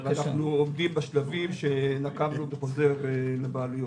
אנחנו עומדים בשלבים שנקבנו בחוזר לבעלויות.